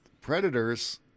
predators